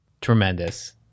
Tremendous